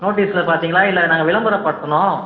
நோட்டீஸில் பார்த்தீங்களா இல்லை நாங்கள் விளம்பரப்படுத்துனோம்